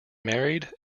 married